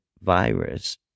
virus